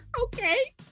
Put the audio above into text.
okay